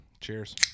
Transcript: Cheers